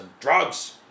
drugs